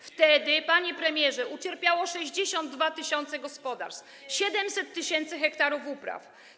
Wtedy, panie premierze, ucierpiało 62 tys. gospodarstw, 700 tys. ha upraw.